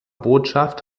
botschaft